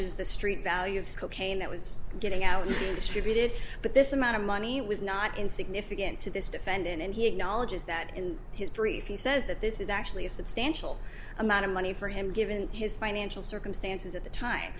as the street value of cocaine that was getting out distributed but this amount of money was not insignificant to this defendant and he acknowledges that in his brief he says that this is actually a substantial amount of money for him given his financial